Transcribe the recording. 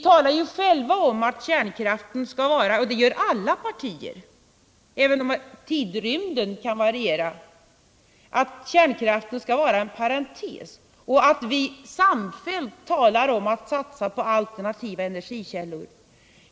Alla partier talar om — även om tidrymden kan variera —-att kärnkraften skall vara en parentes och att vi skall satsa på alternativa energikällor.